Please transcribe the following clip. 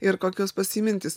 ir kokios pas jį mintys